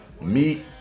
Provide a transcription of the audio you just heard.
meat